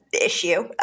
issue